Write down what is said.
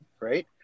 Right